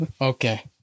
Okay